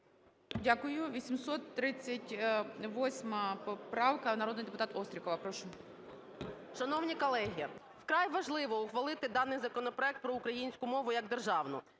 Дякую. 838-а поправка, народний депутат Острікова. Прошу. 10:31:17 ОСТРІКОВА Т.Г. Шановні колеги, вкрай важливо ухвалити даний законопроект про українську мову як державну.